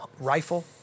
rifle